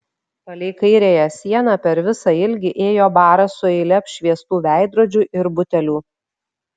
palei kairiąją sieną per visą ilgį ėjo baras su eile apšviestų veidrodžių ir butelių